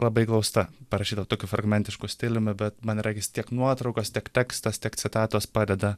labai glausta parašyta tokiu fragmentišku stiliumi bet man regis tiek nuotraukos tiek tekstas tiek citatos padeda